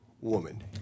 woman